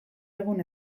egun